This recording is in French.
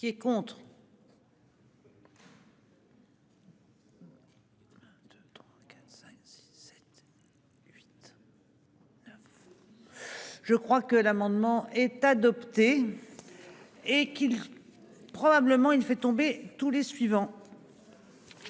tout ça. Je crois que l'amendement est adopté. Et qui. Probablement, il fait tomber tous les suivants.